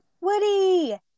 woody